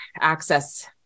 access